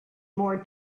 more